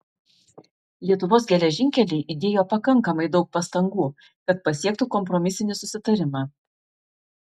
lietuvos geležinkeliai įdėjo pakankamai daug pastangų kad pasiektų kompromisinį susitarimą